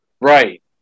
Right